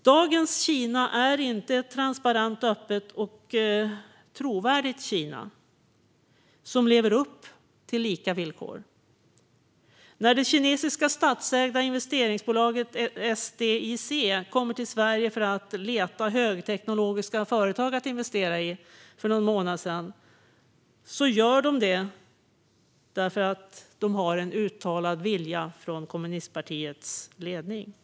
Dagens Kina är inte ett transparent, öppet och trovärdigt Kina som lever upp till lika villkor. När det kinesiska statsägda investeringsbolaget SDIC för någon månad sedan kom till Sverige för att leta högteknologiska företag att investera i gjorde de det därför att det finns en uttalad vilja från kommunistpartiets ledning.